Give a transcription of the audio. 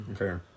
Okay